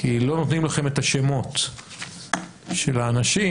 כי לא נותנים לכם את השמות של האנשים,